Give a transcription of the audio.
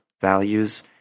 values